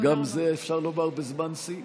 גם את זה אפשר לומר: בזמן שיא.